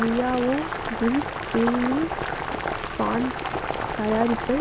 Liao grease cleaning sponge தயாரிப்பை